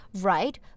Right